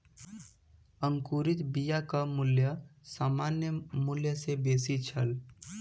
अंकुरित बियाक मूल्य सामान्य मूल्य सॅ बेसी छल